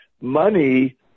Money